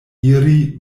iri